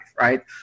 right